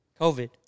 COVID